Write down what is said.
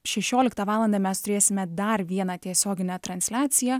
šešioliktą valandą mes turėsime dar vieną tiesioginę transliaciją